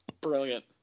Brilliant